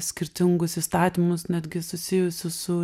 skirtingus įstatymus netgi susijusius su